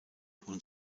und